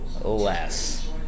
less